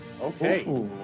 Okay